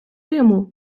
йому